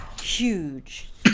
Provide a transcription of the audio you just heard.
huge